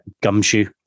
Gumshoe